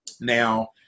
now